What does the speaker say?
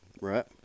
Right